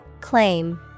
Claim